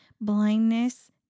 blindness